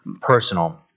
personal